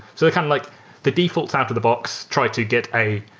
so kind of like the default out of the box, try to get a